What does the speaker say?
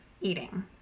eating